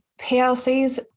PLCs